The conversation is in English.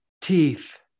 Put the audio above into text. teeth